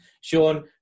Sean